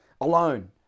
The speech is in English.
alone